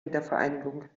wiedervereinigung